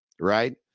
Right